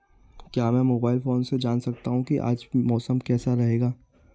क्या मैं mobile phone से जान सकता हूँ कि आज मौसम कैसा रहेगा?